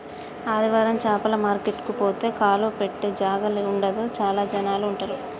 ఆదివారం చాపల మార్కెట్ కు పోతే కాలు పెట్టె జాగా ఉండదు చాల జనాలు ఉంటరు